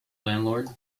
landlord